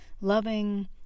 loving